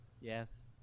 Yes